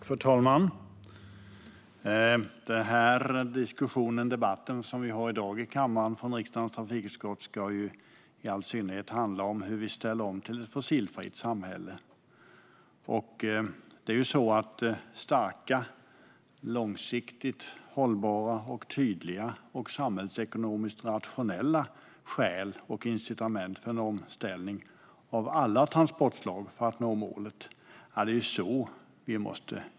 Fru talman! Den diskussion, debatt, som vi från riksdagens trafikutskott i dag har i kammaren ska i all synnerhet handla om hur vi ställer om till ett fossilfritt samhälle. Vi måste jobba med starka, långsiktigt hållbara, tydliga och samhällsekonomiskt rationella skäl och incitament för en omställning av alla transportslag för att vi ska nå målet.